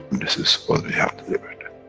this is what we have delivered.